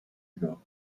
ago